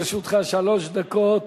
לרשותך שלוש דקות